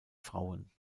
frauen